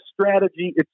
strategy